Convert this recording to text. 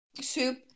soup